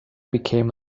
became